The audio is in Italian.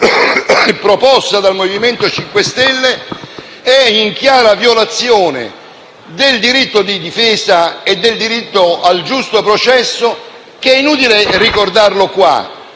proposta dal Movimento 5 Stelle, è in chiara violazione del diritto di difesa e del diritto al giusto processo, che - è inutile ricordarlo in